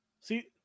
See